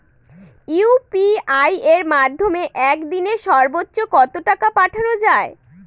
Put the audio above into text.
UPI এর মাধ্যমে এক দিনে সর্বচ্চ কত টাকা পাঠানো যায়?